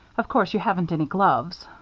of course you haven't any gloves.